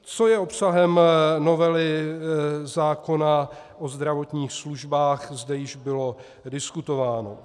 Co je obsahem novely zákona o zdravotních službách, zde již bylo diskutováno.